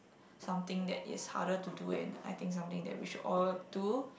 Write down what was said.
something that is harder to do and I think something that we should all do